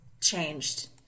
changed